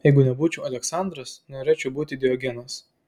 jeigu nebūčiau aleksandras norėčiau būti diogenas